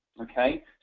Okay